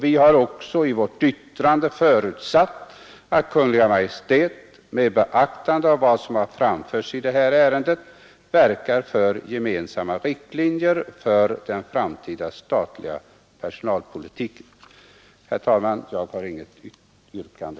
Vi har också i vårt yttrande förutsatt att Kungl. Maj:t med beaktande av vad som framförts i ärendet verkar för gemensamma riktlinjer för den framtida statliga personalpolitiken. Herr talman! Jag har inget yrkande.